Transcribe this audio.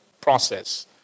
process